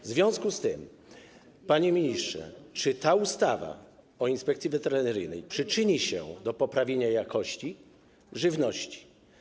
W związku z tym, panie ministrze, czy ustawa o Inspekcji Weterynaryjnej przyczyni się do poprawienia jakości żywności?